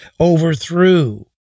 overthrew